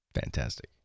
fantastic